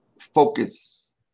focus